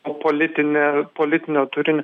o politinė politinio turin